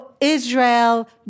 Israel